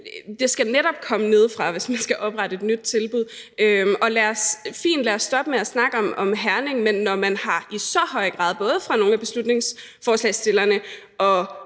Det skal netop komme nedefra, hvis man skal oprette et nyt tilbud. Fint, lad os stoppe med at snakke om Herning. Men når man i så høj grad – både nogle af forslagsstillerne